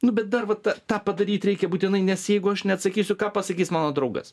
nu bet dar va tą tą padaryt reikia būtinai nes jeigu aš neatsakysiu ką pasakys mano draugas